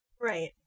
Right